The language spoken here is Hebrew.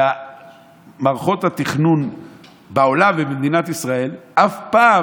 מערכות התכנון בעולם ובמדינת ישראל אף פעם